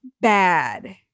bad